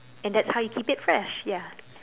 and that's how you keep it fresh ya